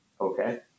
Okay